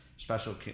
special